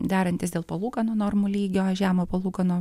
derantis dėl palūkanų normų lygio žemo palūkanų